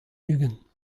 ugent